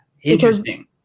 Interesting